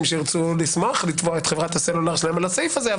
שירצו לשמוח לתבוע את חברת הסלולר שלהם על הסעיף הזה,